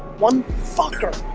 one fucker,